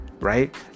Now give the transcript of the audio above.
right